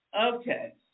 Okay